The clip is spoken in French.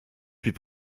puis